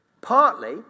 partly